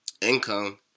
income